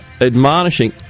admonishing